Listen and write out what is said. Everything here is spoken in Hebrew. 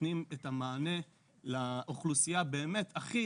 שנותנים את המענה לאוכלוסייה באמת הכי